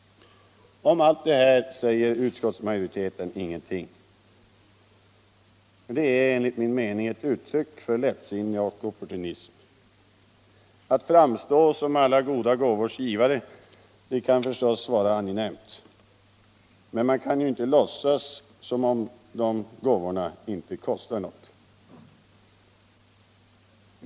Om allt detta säger utskottsmajoriteten ingenting. Det är enligt min mening ett uttryck för lättsinne och opportunism. Att framstå som alla goda gåvors givare kan förstås vara angenämt. Men man kan ju inte låtsas som om gåvorna inte kostar något.